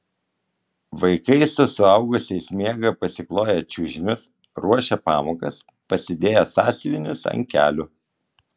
vaikai su suaugusiais miega pasikloję čiužinius ruošia pamokas pasidėję sąsiuvinius ant kelių